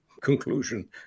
conclusion